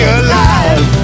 alive